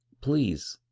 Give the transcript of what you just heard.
please.